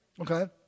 Okay